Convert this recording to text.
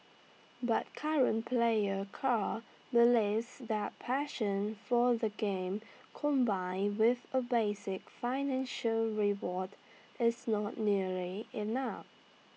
but current player Carl believes that passion for the game combined with A basic financial reward is not nearly enough